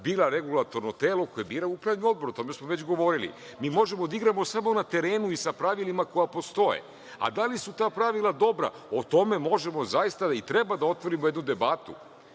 bira regulatorno telo koje bira upravni odbor, o čemu smo već govorili. Mi možemo da igramo samo na terenu i sa pravilima koja postoje, a da li su ta pravila dobra, o tome možemo zaista i treba da otvorimo jednu debatu.